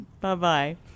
Bye-bye